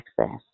access